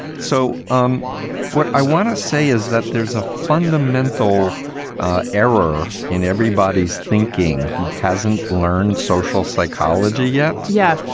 so um what i want to say is that there's a fundamental error in everybody's thinking who hasn't learned social psychology yet? yeah.